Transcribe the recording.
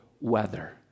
weather